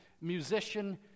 musician